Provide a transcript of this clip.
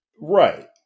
right